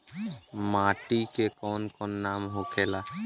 माटी के कौन कौन नाम होखेला?